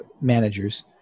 managers